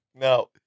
No